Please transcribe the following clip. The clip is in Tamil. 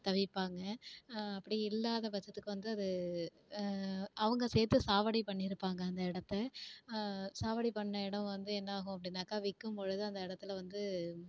தவிப்பாங்க அப்படி இல்லாத பட்சத்துக்கு வந்து அது அவங்க சேர்த்து சாவடி பண்ணியிருப்பாங்க அந்த இடத்த சாவடி பண்ண இடம் வந்து என்னாகும் அப்படினாக்கா விற்கும் பொழுது அந்த இடத்துல வந்து